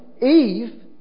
Eve